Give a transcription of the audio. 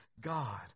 God